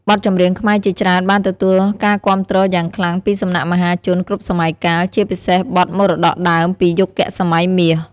បទចម្រៀងខ្មែរជាច្រើនបានទទួលការគាំទ្រយ៉ាងខ្លាំងពីសំណាក់មហាជនគ្រប់សម័យកាល ជាពិសេសបទមរតកដើមពីយុគសម័យមាស។